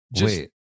wait